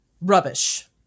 Rubbish